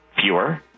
Fewer